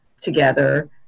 together